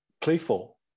playful